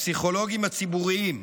הפסיכולוגים הציבוריים,